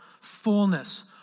fullness